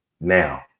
Now